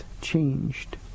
changed